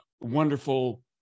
Wonderful